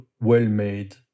well-made